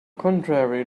contrary